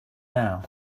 now